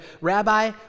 Rabbi